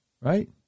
right